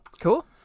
Cool